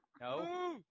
No